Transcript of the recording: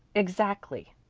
exactly,